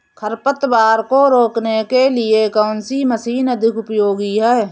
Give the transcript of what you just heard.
खरपतवार को रोकने के लिए कौन सी मशीन अधिक उपयोगी है?